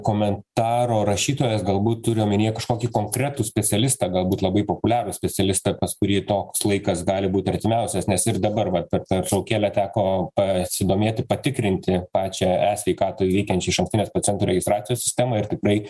komentaro rašytojas galbūt turi omenyje kažkokį konkretų specialistą galbūt labai populiarų specialistą pas kurį toks laikas gali būti artimiausias nes ir dabar vat per pertraukėlę teko pasidomėti patikrinti pačią esveikatoj veikiančią išankstinės pacientų registracijos sistemą ir tikrai